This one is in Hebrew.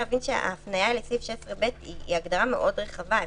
ההפניה לסעיף 16ה היא הגדרה מאוד רחבה.